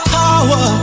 power